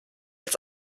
als